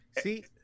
see